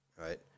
right